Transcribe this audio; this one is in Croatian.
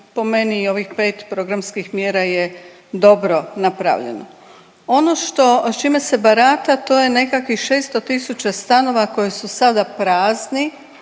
i po meni i ovih pet programskih mjera je dobro napravljeno. Ono sa čime se barata to je nekakvih 600 000 stanova koji su sada prazni